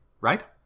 right